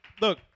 Look